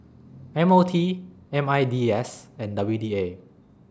M O T M I D S and W D A